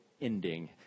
ending